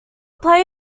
play